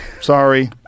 Sorry